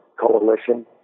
coalition